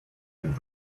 and